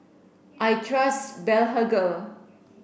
I trust Blephagel